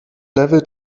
level